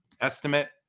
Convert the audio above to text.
estimate